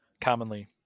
commonly